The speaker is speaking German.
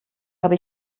habe